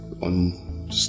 on